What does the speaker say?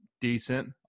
decent